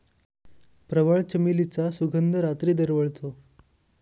प्रवाळ, चमेलीचा सुगंध रात्री दरवळतो